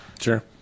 Sure